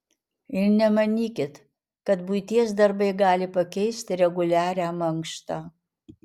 ir nemanykit kad buities darbai gali pakeisti reguliarią mankštą